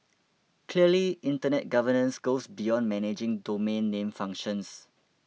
clearly Internet governance goes beyond managing domain name functions